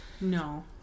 No